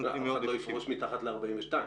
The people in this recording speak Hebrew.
--- אף אחד לא יפרוש מתחת ל-42.